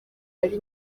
ari